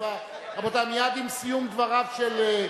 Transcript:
גם אם אני אצטרך לשלם,